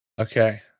Okay